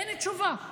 אין תשובה.